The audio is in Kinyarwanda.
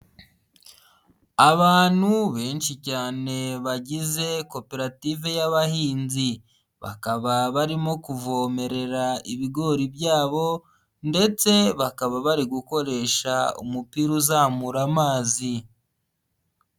Abantu benshi cyane bagize koperative y'abahinzi. Bakaba barimo kuvomerera ibigori byabo, ndetse bakaba bari gukoresha umupira uzamura amazi.